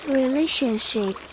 relationship